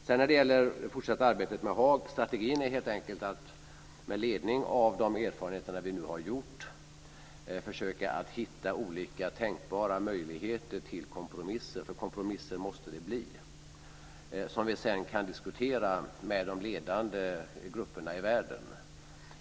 När det sedan gäller det fortsatta arbetet efter Haag är strategin helt enkelt att med ledning av de erfarenheter vi nu har gjort försöka hitta olika tänkbara möjligheter till kompromisser - för kompromisser måste det bli - som vi sedan kan diskutera med de ledande grupperna i världen.